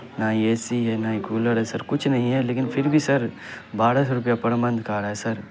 نہ ہی A C ہے نہ ہی کولر ہے سر کچھ نہیں ہے لیکن پھر بھی سر بارہ سو روپیہ پڑ منتھ کا آ رہا ہے سر